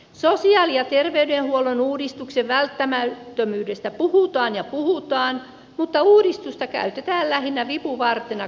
sosiaali ja terveydenhuollon uudistuksen välttämättömyydestä puhutaan ja puhutaan mutta uudistusta käytetään lähinnä vipuvartena kuntaliitosten aikaansaamiseksi